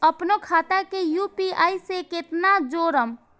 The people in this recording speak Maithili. अपनो खाता के यू.पी.आई से केना जोरम?